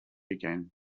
again